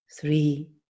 Three